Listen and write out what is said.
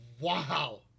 Wow